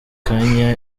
kanya